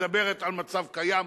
מדברת על מצב קיים,